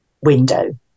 window